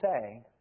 say